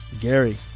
Gary